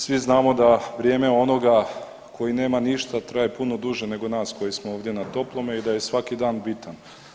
Svi znamo da vrijeme onoga koji nema ništa traje puno duže nego nas koji smo ovdje na toplome i da je svaki dan bitan.